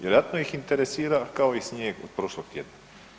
Vjerojatno ih interesira kao i snijeg od prošlog tjedna.